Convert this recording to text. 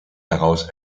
daraus